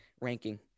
ranking